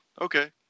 Okay